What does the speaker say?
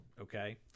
okay